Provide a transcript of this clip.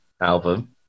album